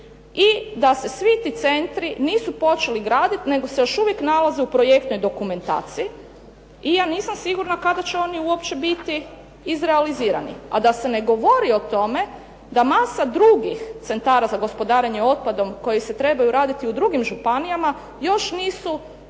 i da se svi ti centri nisu počeli graditi, nego se još uvijek nalaze u projektnoj dokumentaciji i ja nisam sigurna kada će oni uopće biti izrealizirani. A da se ne govori o tome da masa drugih centara za gospodarenje otpadom koji se trebaju raditi u drugim županijama, još nisu